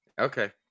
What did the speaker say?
Okay